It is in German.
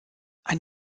ein